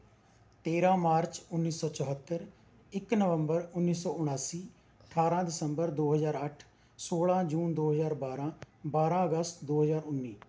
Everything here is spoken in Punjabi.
ਤੇਰ੍ਹਾਂ ਮਾਰਚ ਉੱਨੀ ਸੌ ਚੁਹੱਤਰ ਇੱਕ ਨਵੰਬਰ ਉੱਨੀ ਸੌ ਉਨਾਸੀ ਅਠਾਰ੍ਹਾਂ ਦਸੰਬਰ ਦੋ ਹਜ਼ਾਰ ਅੱਠ ਸੌਲ੍ਹਾਂ ਜੂਨ ਦੋ ਹਜ਼ਾਰ ਬਾਰ੍ਹਾਂ ਬਾਰ੍ਹਾਂ ਅਗਸਤ ਦੋ ਹਜ਼ਾਰ ਉੱਨੀ